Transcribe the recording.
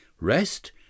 Rest